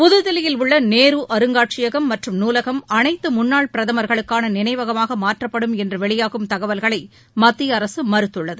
புதுதில்லியில் உள்ள நேரு அருங்காட்சியகம் மற்றும் நூலகம் அனைத்து முன்னாள் பிரதமர்களுக்கான நினைவகமாக மாற்றப்படும் என்று வெளியாகும் தகவல்களை மத்திய அரசு மறுத்துள்ளது